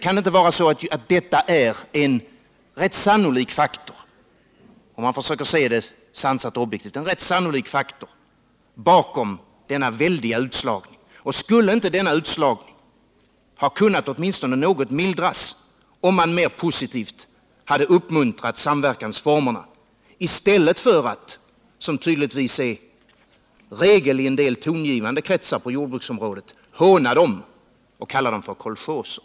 Kan det inte vara så — om man försöker se det sansat och objektivt — att det är en rätt sannolik faktor bakom denna väldiga utslagning? Och skulle inte denna utslagning åtminstone ha kunnat något mildras, om man mer positivt hade uppmuntrat samverkansformerna i stället för att — som tydligtvis är regeln i en del tongivande kretsar på jordbruksområdet — håna dem och kalla dem för kolchoser.